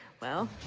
well,